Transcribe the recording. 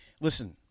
listen